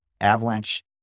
Avalanche